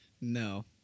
No